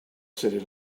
city